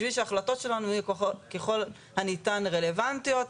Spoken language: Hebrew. בשביל שההחלטות שלנו יהיו ככל הניתן רלוונטיות.